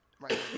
Right